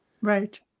right